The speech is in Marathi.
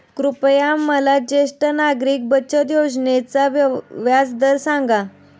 कृपया मला ज्येष्ठ नागरिक बचत योजनेचा व्याजदर सांगा